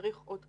צריך עוד תקנים,